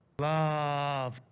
Love